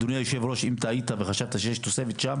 אדוני היושב-ראש, אם תהית וחשבת שיש תוספת שם